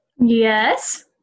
Yes